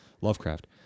Lovecraft